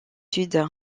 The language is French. sud